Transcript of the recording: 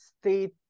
state